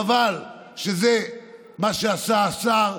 חבל שזה מה שעשה השר.